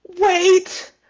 wait